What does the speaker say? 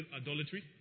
adultery